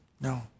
No